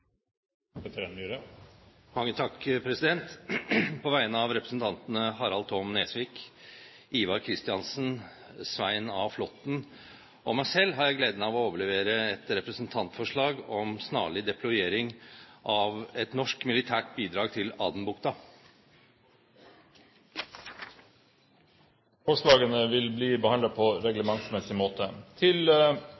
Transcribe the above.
På vegne av representantene Harald T. Nesvik, Ivar Kristiansen, Svein Flåtten og meg selv har jeg gleden av å overlevere representantforslag om snarlig deployering av norsk militært bidrag til Adenbukta. Forslagene vil bli behandlet på